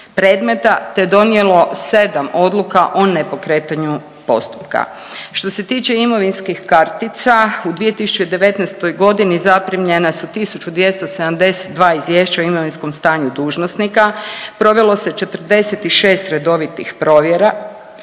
te donijelo 7 odluka o nepokretanju postupka. Što se tiče imovinskih kartica u 2019. godini zaprimljena su 1.272 izvješća o imovinskom stanju dužnosnika, provelo se 46 redovitih provjera,